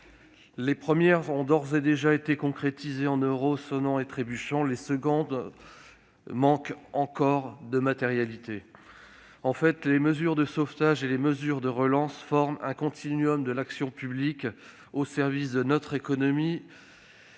Les premières ont d'ores et déjà été concrétisées en euros sonnants et trébuchants, les secondes manquent encore de matérialité. En fait, les mesures de sauvetage et les mesures de relance forment un continuum de l'action publique au service de notre économie